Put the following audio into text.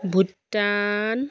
Bhutan